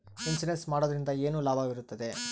Insurance ಮಾಡೋದ್ರಿಂದ ಏನು ಲಾಭವಿರುತ್ತದೆ?